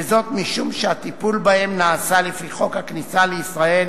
וזאת משום שהטיפול בהם נעשה לפי חוק הכניסה לישראל,